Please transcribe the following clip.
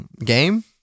game